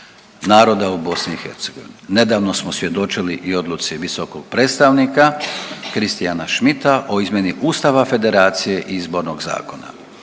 naroda u BiH. Nedavno smo svjedočili i odluci visokog predstavnika Christiana Smita o izmjeni ustava federacije i izbornog zakona.